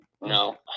No